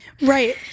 right